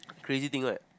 crazy thing like